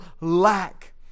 lack